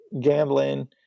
gambling